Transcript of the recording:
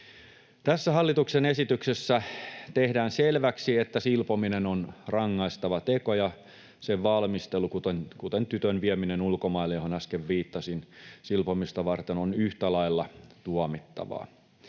Tässä hallituksen esityksessä tehdään selväksi, että silpominen on rangaistava teko ja sen valmistelu, kuten tytön vieminen ulkomaille, johon äsken viittasin, silpomista varten on yhtä lailla tuomittavaa.